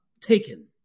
taken